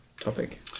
topic